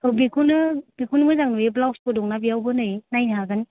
औ बेखौनो बेखौनो मोजां नुयो ब्लाउस बो दंना नै बेयावनो नायनो हागोन